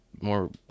more